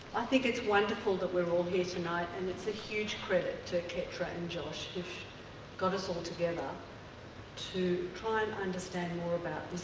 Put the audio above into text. i think it's wonderful that we're all here tonight and it's a huge credit to ketra and josh who got us all together to try and understand more about this